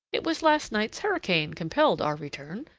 it was last night's hurricane compelled our return.